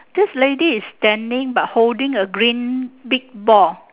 this lady is standing but holding a green big ball